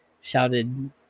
shouted